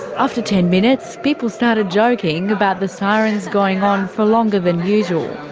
after ten minutes, people started joking about the sirens going on for longer than usual.